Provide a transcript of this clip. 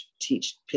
teach